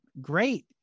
great